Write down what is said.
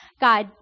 God